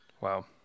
Wow